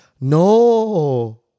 no